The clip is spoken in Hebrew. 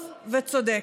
טוב וצודק,